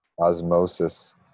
osmosis